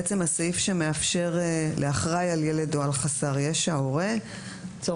בעצם הסעיף שמאפשר לאחראי על ילד או על חסר ישע הורה לצורך